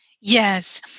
Yes